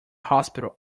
hospital